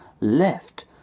left